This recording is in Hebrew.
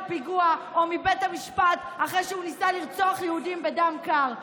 פיגוע או מבית המשפט אחרי שהוא ניסה לרצוח יהודים בדם קר.